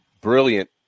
brilliant